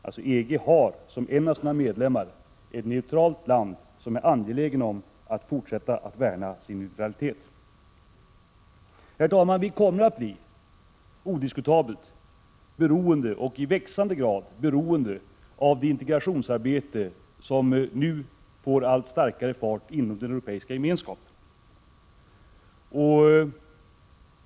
EG har således som en av sina medlemmar ett neutralt land som är angeläget om att fortsätta att värna om sin neutralitet. Herr talman! Vi kommer odiskutabelt att i växande grad bli beroende av det integrationsarbete som nu går allt fortare inom den Europeiska gemenskapen.